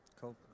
Cool